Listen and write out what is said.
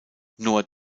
noah